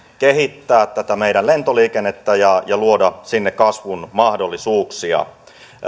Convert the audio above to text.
kehittää tätä meidän lentoliikennettämme ja luoda sinne kasvun mahdollisuuksia